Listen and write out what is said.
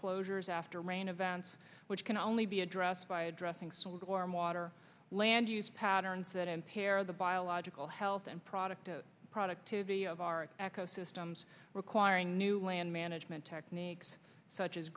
closures after rain events which can only be addressed by addressing some water land use patterns that impair the biological health and product productivity of our eco systems acquiring new land management techniques such as